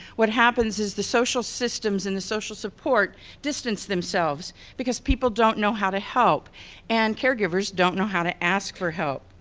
what happens is the social systems and the social support distance themselves because people don't know how to help and caregivers don't know how to ask for help.